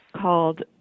called